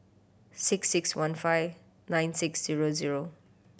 six six one five nine six zero zero